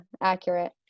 accurate